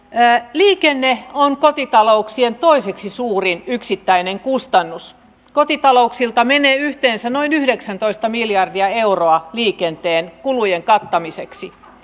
liikenne on kotitalouksien toiseksi suurin yksittäinen kustannus kotitalouksilta menee yhteensä noin yhdeksäntoista miljardia euroa liikenteen kulujen kattamiseen